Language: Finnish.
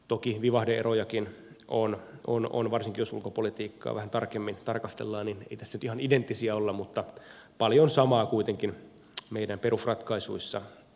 toki vivahde erojakin on varsinkin jos ulkopolitiikkaa vähän tarkemmin tarkastellaan niin ei tässä nyt ihan identtisiä olla mutta paljon samaa kuitenkin meidän perusratkaisuissamme on